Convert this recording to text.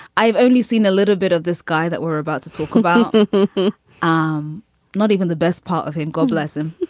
i've only seen a little bit of this guy that we're about to talk about um not even the best part of him, god bless him,